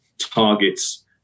targets